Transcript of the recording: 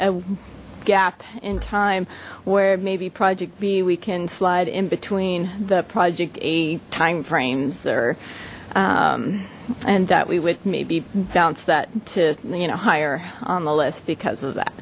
a gap in time where maybe project b we can slide in between the project eight time frames or and that we would maybe bounce that to you know higher on the list because of that